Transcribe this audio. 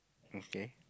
okay